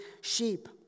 sheep